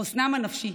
חוסנם הנפשי.